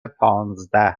پانزده